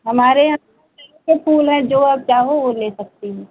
हमारे यहाँ के फूल हैं जो आप चाहो वो ले सकती हैं